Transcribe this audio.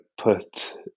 put